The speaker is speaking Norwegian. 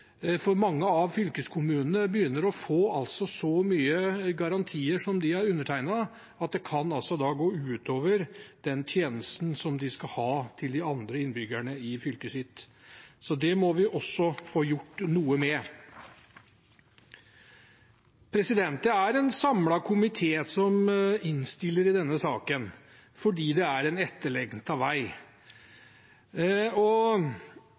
for mange av fylkeskommunene begynner å få så mange garantier som de har undertegnet, at det kan gå ut over de tjenestene som de skal ha til de andre innbyggerne i fylket sitt. Så det må vi også få gjort noe med. Det er en samlet komité som innstiller i denne saken, fordi det er en etterlengtet vei.